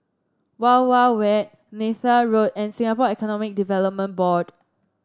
Wild Wild Wet Neythal Road and Singapore Economic Development Board